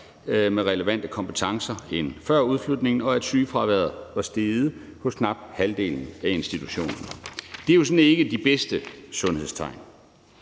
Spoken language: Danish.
med relevante kompetencer end før udflytningen, og at sygefraværet var steget hos knap halvdelen af institutionerne. Det er jo sådan ikke de bedste sundhedstegn.